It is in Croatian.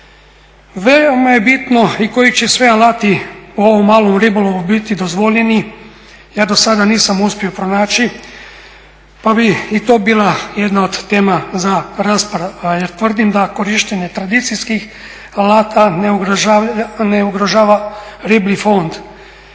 Veoma je bitno i koji će sve alati u ovom malom ribolovu biti dozvoljeni ja do sada nisam uspio pronaći, pa bi i to bila jedna od tema za raspravu jer tvrdim da korištenje tradicijskih alata ne ugrožava riblji fond.